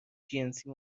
جنسی